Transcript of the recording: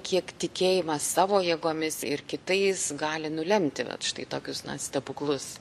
kiek tikėjimas savo jėgomis ir kitais gali nulemti vat štai tokius na stebuklus